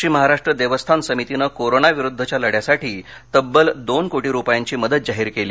पश्चिम महाराष्ट्र देवस्थान समितीने कोरोना विरुद्धच्या लढ्यासाठी तब्बल दोन कोटी रुपयांची मदत जाहीर केली